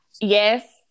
yes